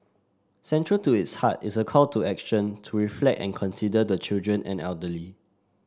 central to its heart is a call to action to reflect and consider the children and elderly